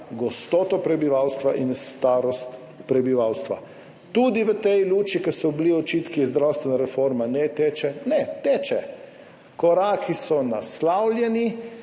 gostoto prebivalstva in starost prebivalstva. Tudi v tej luči, ker so bili očitki, da zdravstvena reforma ne teče. Teče! Koraki so naslovljeni,